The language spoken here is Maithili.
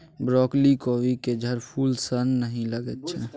ब्रॉकली कोबीक झड़फूल सन नहि लगैत छै